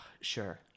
Sure